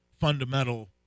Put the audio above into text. fundamental